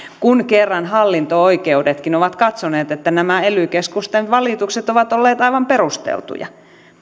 kun kerran hallinto oikeudetkin ovat katsoneet että nämä ely keskusten valitukset ovat olleet aivan perusteltuja